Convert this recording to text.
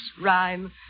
rhyme